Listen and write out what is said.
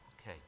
Okay